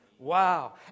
Wow